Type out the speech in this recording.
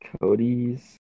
Cody's